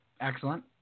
Excellent